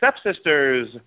stepsisters